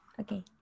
Okay